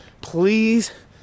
please